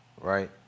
right